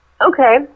Okay